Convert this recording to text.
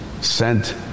sent